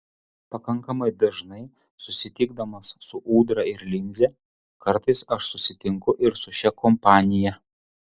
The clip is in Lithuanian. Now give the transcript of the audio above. pakankamai dažnai susitikdamas su ūdra ir linze kartais aš susitinku ir su šia kompanija